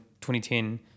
2010